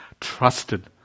trusted